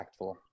impactful